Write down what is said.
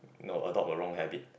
no adopt a wrong habit